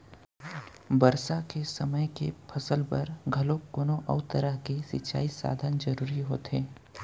बरसा के समे के फसल बर घलोक कोनो अउ तरह के सिंचई साधन जरूरी होथे